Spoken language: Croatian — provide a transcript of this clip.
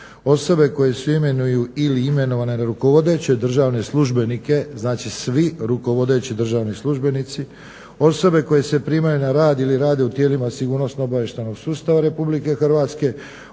osobe koje se imenuju ili imenovane na rukovodeće državne službenike znači svi rukovodeći državni službenici, osobe koje se primaju na rad ili rade u tijelima sigurnosno-obavještajnog sustava RH, osobe koje se